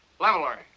leveler